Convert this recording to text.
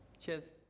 Cheers